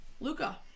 Luca